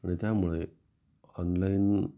आणि त्यामुळे ऑनलाईन